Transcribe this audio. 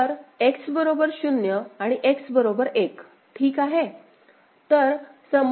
तर X बरोबर 0 आणि X बरोबर 1 ठीक आहे